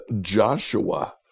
Joshua